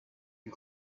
and